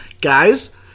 Guys